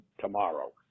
tomorrow